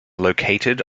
located